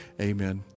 amen